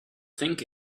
think